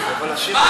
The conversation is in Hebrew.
מה?